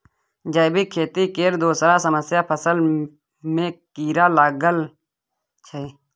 जैबिक खेती केर दोसर समस्या फसल मे कीरा लागब छै